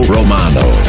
Romano